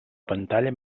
pantalla